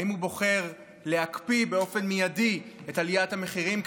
האם הוא בוחר להקפיא באופן מיידי את עליית המחירים,